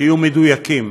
שיהיו מדויקים.